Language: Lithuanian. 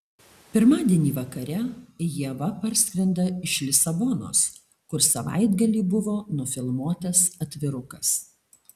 pirmadienį vakare ieva parskrenda iš lisabonos kur savaitgalį buvo nufilmuotas atvirukas